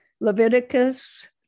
Leviticus